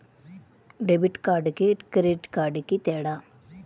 Debit కార్డుకి credit కార్డుకి తేడా?